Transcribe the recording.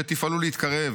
שתפעלו להתקרב,